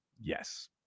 Yes